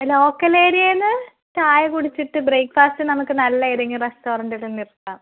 local ഏരിയയിൽ നിന്ന് ചായ കുടിച്ചിട്ട് ബ്രേക്ക്ഫാസ്റ്റ് നമുക്ക് നല്ല ഏതെങ്കിലും റെസ്റ്റോറൻറ്റിൽ നിർത്താം